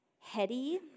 Hetty